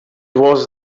was